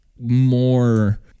more